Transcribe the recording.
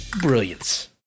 brilliance